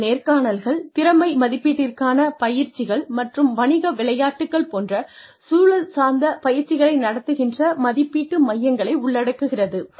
இது நேர்காணல்கள் திறமை மதிப்பீட்டிற்கான பயிற்சிகள் மற்றும் வணிக விளையாட்டுகள் போன்ற சூழல் சார்ந்த பயிற்சிகளை நடத்துகின்ற மதிப்பீட்டு மையங்களை உள்ளடக்குகிறது